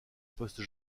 poste